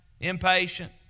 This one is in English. impatient